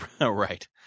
Right